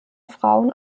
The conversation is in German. frauen